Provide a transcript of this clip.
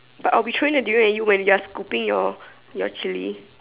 but I'll be throwing the durian at you when you're scooping your your Chili